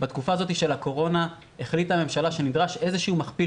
בתקופת הקורונה החליטה הממשלה שנדרש מכפיל